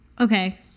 Okay